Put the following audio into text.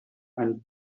and